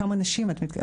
כמה נשים את מתכוונת.